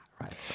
right